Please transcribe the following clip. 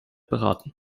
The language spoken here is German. beraten